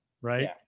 Right